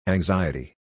Anxiety